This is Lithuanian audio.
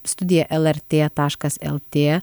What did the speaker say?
studija lrt taškas lt